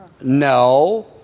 No